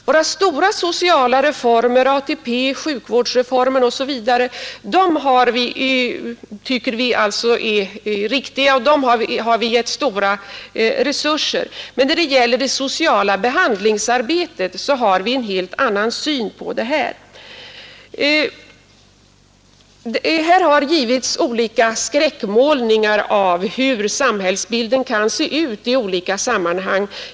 Våra stora sociala reformer — ATP, sjukvårdsreformen osv. — tycker vi är riktiga och där har vi satt in stora resurser, men när det gäller det sociala behandlingsarbetet har vi en helt annan syn på saken. Här har gjorts olika skräckmålningar av hur samhällsbilden kan se ut i olika sammanhang.